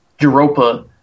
Europa